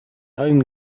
home